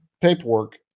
paperwork